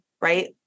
right